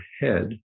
head